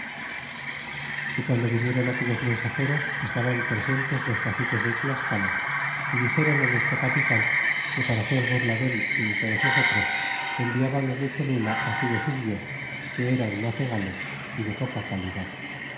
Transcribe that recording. y piando vinieron aquellos mensageros estaban presentes los caciques de tlascala si dixéron nuestro capitan que para hacer burla del y de todos nosotros enviaban los de cholula aquellos indios que eran macegales si de poca calidad